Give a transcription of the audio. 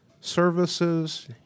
services